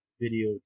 video